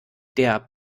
der